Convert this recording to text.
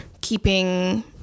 keeping